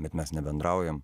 bet mes nebendraujam